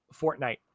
Fortnite